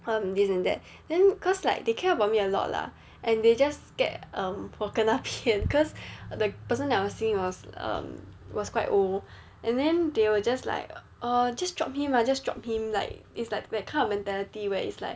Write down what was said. um this and that then cause like they care about me a lot lah and they just get scared um 我 kena 骗 cause the person that I was seeing was um was quite old and then they will just like err just drop him lah just drop him like it's like that kind of mentality where it's like